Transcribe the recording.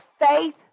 faith